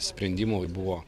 sprendimui buvo